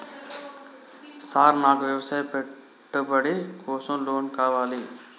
Sir నాకు వ్యవసాయ పెట్టుబడి కోసం లోన్ కావాలి?